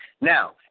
Now